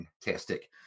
fantastic